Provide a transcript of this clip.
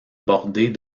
bordées